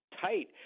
tight